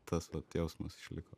tas jausmas išliko